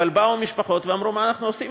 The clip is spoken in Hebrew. אבל באו המשפחות ואמרו: מה אנחנו עושים